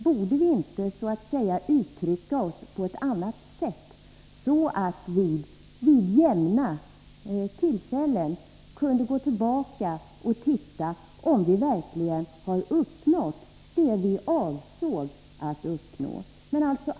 Borde vi inte uttrycka oss på ett annat sätt, så att vi med jämna mellanrum kunde gå tillbaka och titta om vi verkligen har uppnått det vi avsåg att uppnå?